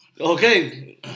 Okay